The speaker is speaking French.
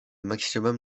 maximum